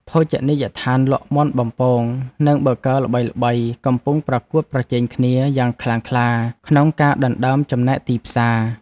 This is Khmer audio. ភោជនីយដ្ឋានលក់មាន់បំពង និងប៊ឺហ្គឺល្បីៗកំពុងប្រកួតប្រជែងគ្នាយ៉ាងខ្លាំងក្លាក្នុងការដណ្តើមចំណែកទីផ្សារ។